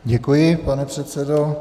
Děkuji, pane předsedo.